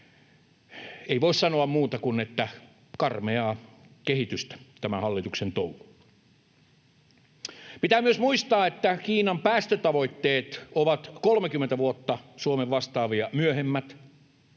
ei voi sanoa muuta kuin että karmeaa kehitystä on tämä hallituksen touhu. Pitää myös muistaa, että Kiinan päästötavoitteet ovat 30 vuotta Suomen vastaavia myöhemmät.